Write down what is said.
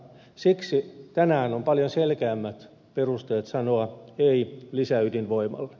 siksi tänään on paljon selkeämmät perusteet sanoa ei lisäydinvoimalle